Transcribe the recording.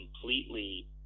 completely